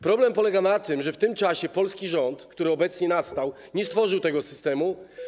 Problem polega na tym, że w tym czasie polski rząd, który obecnie nastał, nie stworzył tego systemu.